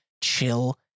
chill